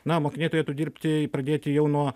na mokiniai turėtų dirbti pradėti jau nuo